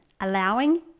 Allowing